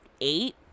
eight